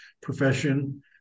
profession